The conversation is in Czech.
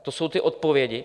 To jsou ty odpovědi?